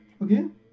Again